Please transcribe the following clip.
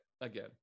Again